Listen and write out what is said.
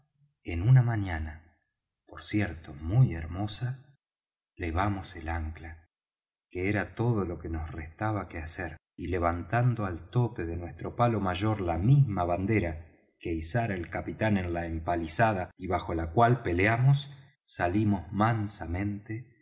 en una mañana por cierto muy hermosa levamos el ancla que era todo lo que nos restaba que hacer y levantando al tope de nuestro palo mayor la misma bandera que izara el capitán en la empalizada y bajo la cual peleamos salimos mansamente